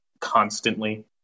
constantly